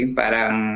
parang